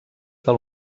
del